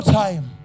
time